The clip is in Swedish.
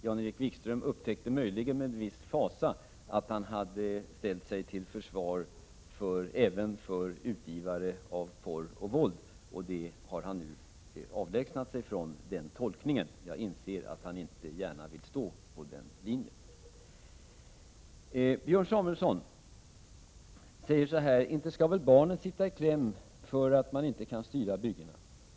Jan-Erik Wikström upptäckte, möjligen med viss fasa, att han hade ställt upp till försvar även för utgivare av porr och våld. Den tolkningen har han nu avlägsnat sig från. Jag inser att han inte gärna vill gå på den linjen. Björn Samuelson säger: Inte skall väl barnen sitta i kläm för att man inte kan styra byggena.